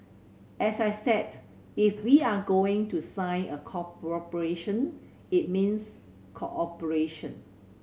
as I said if we are going to sign a cooperation it means cooperation